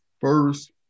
first